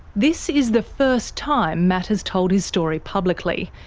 this is the first time matt has told his story publicly.